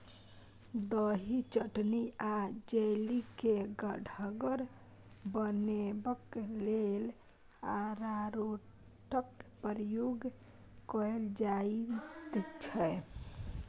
दही, चटनी आ जैली केँ गढ़गर बनेबाक लेल अरारोटक प्रयोग कएल जाइत छै